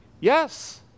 Yes